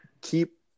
keep